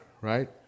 right